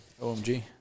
OMG